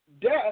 Death